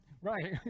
Right